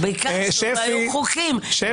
ביקשנו והיו חוקים,